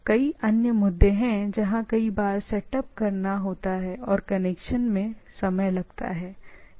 तो अन्य चीजें अन्य मुद्दे हैं जहां कई बार सेट अप होता है या कनेक्शन में समय लगता है